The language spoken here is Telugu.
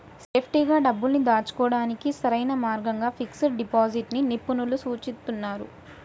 సేఫ్టీగా డబ్బుల్ని దాచుకోడానికి సరైన మార్గంగా ఫిక్స్డ్ డిపాజిట్ ని నిపుణులు సూచిస్తున్నరు